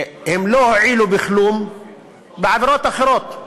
הם לא הועילו בכלום בעבירות אחרות.